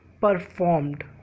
performed